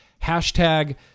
Hashtag